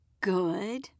Good